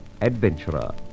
adventurer